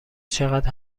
چقدر